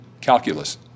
calculus